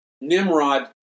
Nimrod